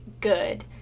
good